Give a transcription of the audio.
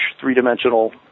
three-dimensional